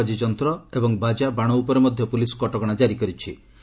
ଡାକବାଜି ଯନ୍ତ୍ର ଏବଂ ବାଜା ବାଣ ଉପରେ ମଧ୍ୟ ପୁଲିସ କଟକଣା କାରି କରିଛି